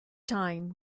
time